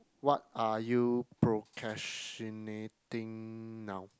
what are you procrastinating now